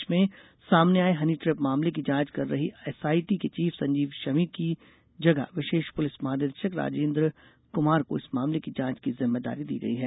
प्रदेश में सामने आये हनी ट्रेप मामले की जांच कर रही एसआईटी के चीफ संजीव शमी की जगह विशेष पुलिस महानिदेशक राजेन्द्र कुमार को इस मामले की जांच की जिम्मेदारी दी गई है